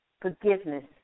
forgiveness